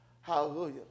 Hallelujah